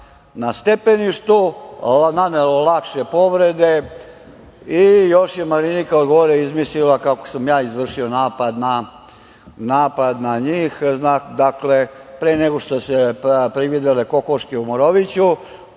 na stepeništu, nanelo lakše povrede i još je Marinika izmislila kako sam ja izvršio napad na njih. Dakle, pre nego što su joj se prividele kokoške u Moroviću,